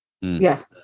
Yes